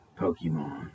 Pokemon